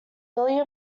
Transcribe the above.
william